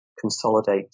consolidate